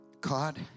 God